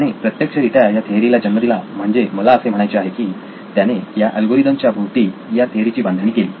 त्याने प्रत्यक्षरीत्या ह्या थेअरीला जन्म दिला म्हणजे मला असे म्हणायचे आहे की त्याने या अल्गोरिदम च्या भोवती या थेअरी ची बांधणी केली